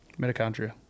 Mitochondria